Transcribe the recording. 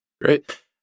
Great